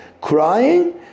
crying